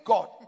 God